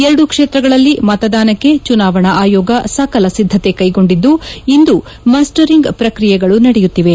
ಎರಡೂ ಕ್ಷೇತ್ರಗಳಲ್ಲಿ ಮತದಾನಕ್ಕೆ ಚುನಾವಣಾ ಆಯೋಗ ಸಕಲ ಸಿದ್ಧತೆ ಕೈಗೊಂಡಿದ್ದು ಇಂದು ಮಸ್ಟರಿಂಗ್ ಪ್ರಕ್ರಿಯೆಗಳು ನಡೆಯುತ್ತಿವೆ